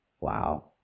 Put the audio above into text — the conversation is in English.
Wow